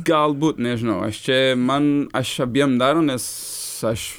galbūt nežinau aš čia man aš abiem daromės aš